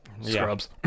Scrubs